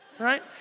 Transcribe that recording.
right